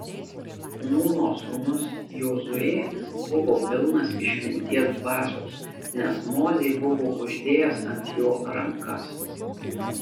nūno sūnus jozuė buvo pilnas išminties dvasios nes mozė buvo uždėjęs ant jo rankas